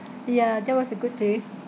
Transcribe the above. yeah that was a good day